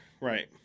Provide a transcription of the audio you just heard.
Right